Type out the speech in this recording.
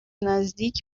نزدیک